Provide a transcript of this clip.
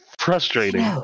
frustrating